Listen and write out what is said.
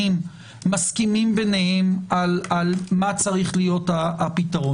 מסכימים ביניהם על מה צריך להיות הפתרון.